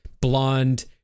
blonde